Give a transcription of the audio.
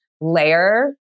layer